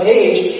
age